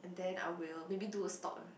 then I will maybe do stock